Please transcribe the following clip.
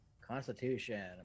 constitution